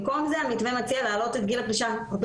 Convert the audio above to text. במקום זה המתווה מציע להעלות את גיל הפרישה הרבה